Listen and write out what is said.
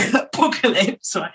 apocalypse